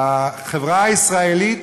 החברה הישראלית,